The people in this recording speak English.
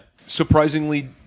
Surprisingly